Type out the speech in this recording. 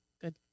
Good